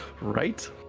Right